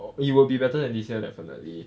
oh it will be better than this year definitely